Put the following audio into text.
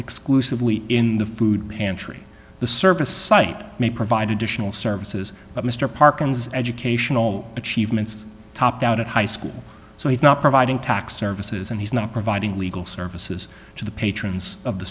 exclusively in the food pantry the service site may provide additional services but mr parkins educational achievements topped out at high school so he's not providing tax services and he's not providing legal services to the patrons of the